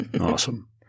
Awesome